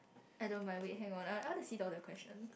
I don't mind wait hang on I want to see all the question